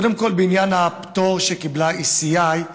קודם כול, בעניין הפטור שקיבלה ECI,